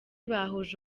bahuje